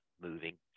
moving